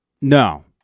No